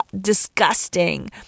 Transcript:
disgusting